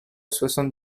soixante